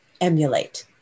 emulate